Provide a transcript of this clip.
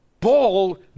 Paul